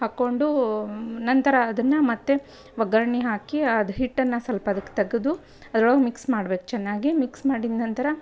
ಹಾಕ್ಕೊಂಡೂ ನಂತರ ಅದನ್ನು ಮತ್ತು ಒಗ್ಗರಣೆ ಹಾಕಿ ಅದು ಹಿಟ್ಟನ್ನು ಸ್ವಲ್ಪ್ ಅದಕ್ಕೆ ತೆಗೆದು ಅದ್ರೊಳಗೆ ಮಿಕ್ಸ್ ಮಾಡ್ಬೇಕು ಚೆನ್ನಾಗಿ ಮಿಕ್ಸ್ ಮಾಡಿದ ನಂತರ